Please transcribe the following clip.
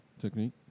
technique